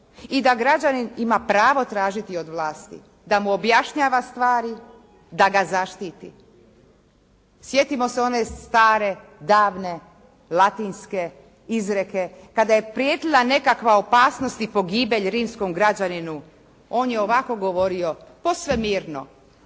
i da građanin ima pravo tražiti od vlasti da mu objašnjava stvari, da ga zaštiti. Sjetimo se one stare davne latinske izreke kada je prijetila nekakva opasnost i pogibelj rimskom građaninu, on je ovako govorio posve mirno: